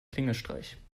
klingelstreich